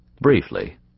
briefly